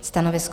Stanovisko?